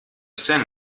sen